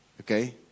okay